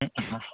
ಹ್ಞೂ ಹಾಂ